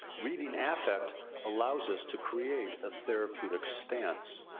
reading affect allows us to create a therapeutic stance.